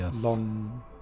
long